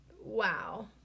wow